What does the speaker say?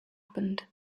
happened